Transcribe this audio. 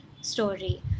story